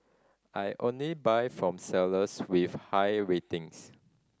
I only buy from sellers with high ratings